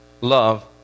love